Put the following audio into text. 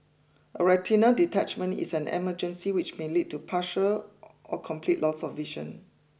a retinal detachment is an emergency which may lead to partial or complete loss of vision